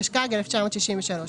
התשכ"ג 1963,